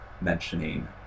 mentioning